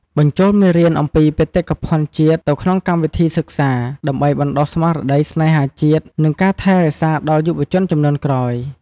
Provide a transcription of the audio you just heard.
បញ្ចូលមេរៀនអំពីបេតិកភណ្ឌជាតិទៅក្នុងកម្មវិធីសិក្សា ដើម្បីបណ្ដុះស្មារតីស្នេហាជាតិ និងការថែរក្សាដល់យុវជនជំនាន់ក្រោយ។